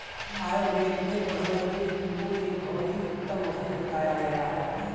आयुर्वेद में गुड़हल के फूल को एक बहुत ही उत्तम औषधि बताया गया है